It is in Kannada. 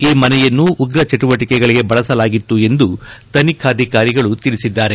ಈ ಮನೆಯನ್ನು ಉಗ್ರ ಚಟುವಟಿಕೆಗಳಿಗೆ ಬಳಸಲಾಗಿತ್ತು ಎಂದು ತನಿಖಾಧಿಕಾರಿಗಳು ತಿಳಿಸಿದ್ದಾರೆ